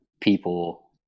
people